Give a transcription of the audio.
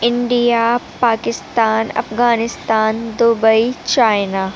India Pakistan Afghanistan Dubai China